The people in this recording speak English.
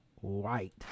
white